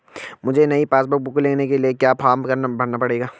मुझे नयी passbook book लेने के लिए क्या फार्म भरना पड़ेगा?